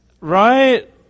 Right